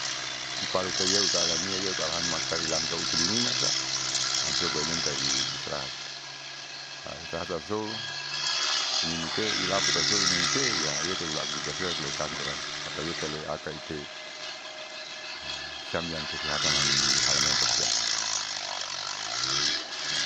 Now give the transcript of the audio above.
Iaparutayeu taalania yeu taalahan makailangka utulinimasa amsou bailontai israhat israhamamsou ininute ilaoutasou ininute iyayete aktipitasen ulaikantoram ataitaloiakaite siam yang kesehatanam ni halamaian tapasiam.